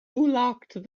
locked